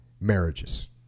marriages